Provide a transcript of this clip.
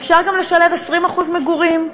אפשר גם לשלב 20% מגורים,